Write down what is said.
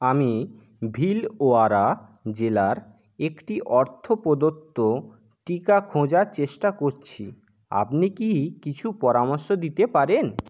আমি ভিলওয়ারা জেলার একটি অর্থপ্রদত্ত টিকা খোঁজার চেষ্টা করছি আপনি কি কিছু পরামর্শ দিতে পারেন